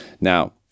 Now